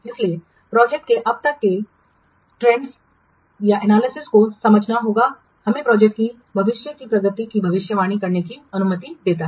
इसलिए प्रोजेक्ट के अब तक के ट्रेंड्स रुझानों का एनालिसिसविश्लेषण और समझना हमें प्रोजेक्ट की भविष्य की प्रगति की भविष्यवाणी करने की अनुमति देता है